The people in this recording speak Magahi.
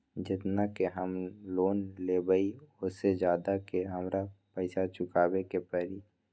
जेतना के हम लोन लेबई ओ से ज्यादा के हमरा पैसा चुकाबे के परी?